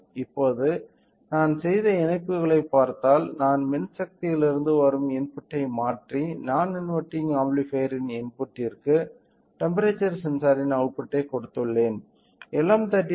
இப்போது நான் செய்த இணைப்புகளைப் பார்த்தால் நான் மின்சக்தியிலிருந்து வரும் இன்புட்டை மாற்றி நான் இன்வெர்டிங் ஆம்ப்ளிஃபையர்ன் இன்புட்டிற்கு டெம்ப்பெரேச்சர் சென்சார்ரின் அவுட்புட்டை கொடுத்துள்ளேன்